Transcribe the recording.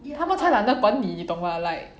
他们才懒得管你懂吗 like